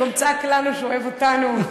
הוא גם צעק למה הוא אוהב אותנו.